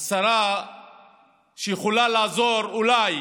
השרה שיכולה לעזור אולי